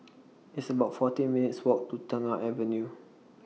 It's about fourteen minutes' Walk to Tengah Avenue